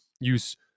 use